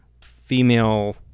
female